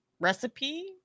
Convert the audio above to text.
recipe